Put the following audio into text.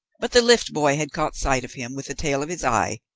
but the liftboy had caught sight of him with the tail of his eye,